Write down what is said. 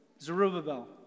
Zerubbabel